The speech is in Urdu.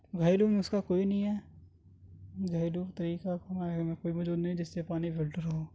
گھریلو نسخہ کوئی نہیں ہے گھریلو طریقہ ہمارے گھر میں کوئی موجود نہیں جس سے پانی فلٹر ہو